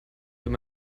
wenn